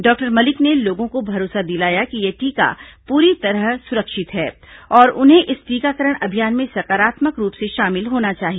doctor Malik ने लोगों को भरोसा दिलाया कि ये टीका पूरी तरह सुरक्षित है और उन्हें इस टीकाकरण अभियान में सकारात्मक रूप से शामिल होना चाहिए